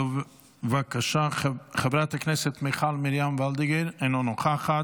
בבקשה, חברת הכנסת מיכל מרים וולדיגר, אינה נוכחת,